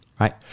right